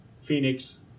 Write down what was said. Phoenix